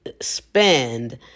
spend